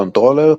קונטרולר,